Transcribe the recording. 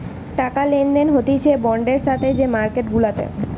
টাকা লেনদেন হতিছে বন্ডের সাথে যে মার্কেট গুলাতে